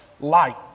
light